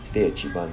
stay at cheap one